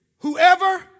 Whoever